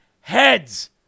heads